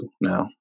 now